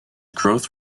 growth